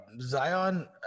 Zion